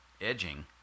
edging